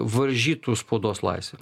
varžytų spaudos laisvę